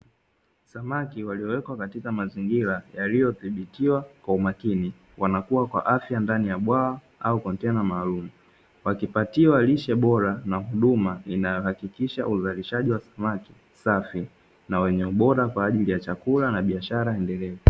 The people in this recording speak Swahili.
Samaki waliowekwa katika mazingira yaliyodhibitiwa kwa umakini, wanakuwa kwa afya ndani ya bwawa au kontena maalumu. Wakipatiwa lishe bora na huduma inayohakikisha uzalishaji wa samaki safi na wenye ubora kwa ajili ya chakula na biashara endelevu.